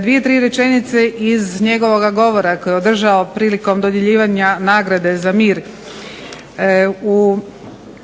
dvije tri rečenice iz njegovoga govora koji je održao prilikom dodjeljivanja nagrade za mir u Firenci